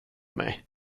mig